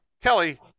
Kelly